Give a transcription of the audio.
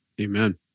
Amen